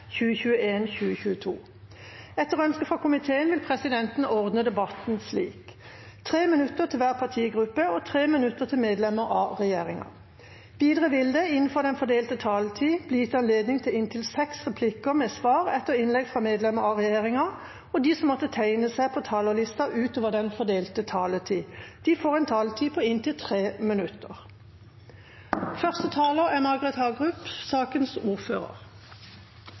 minutter til medlemmer av regjeringa. Videre vil det – innenfor den fordelte taletid – bli gitt anledning til inntil seks replikker med svar etter innlegg fra medlemmer av regjeringa, og de som måtte tegne seg på talerlista utover den fordelte taletid, får også en taletid på inntil